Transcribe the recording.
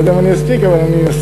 אני לא יודע אם אספיק, אבל אני אנסה.